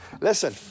listen